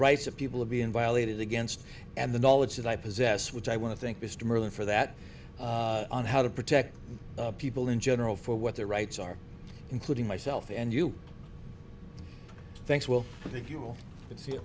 rights of people are being violated against and the knowledge that i possess which i want to think is to merlin for that on how to protect people in general for what their rights are including myself and you thanks well i think you will